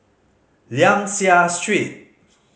Liang Seah Street